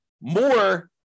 more